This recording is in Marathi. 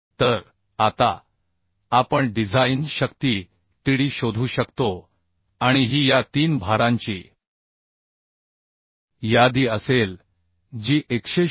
तर आता आपण डिझाइन शक्ती Td शोधू शकतो आणि ही या 3 भारांची यादी असेल जी 196